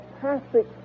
fantastic